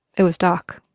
it was doc.